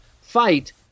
fight